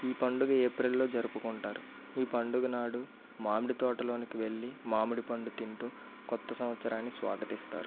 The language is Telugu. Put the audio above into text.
ఈ పండుగ ఏప్రిల్లో జరుపుకుంటారు ఈ పండుగ నాడు మామిడి తోటకి వెళ్ళి మామిడి పండు తింటు కొత్త సంవత్సరాన్ని స్వాగతిస్తారు